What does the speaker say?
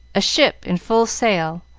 a ship in full sail,